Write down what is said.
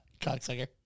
Cocksucker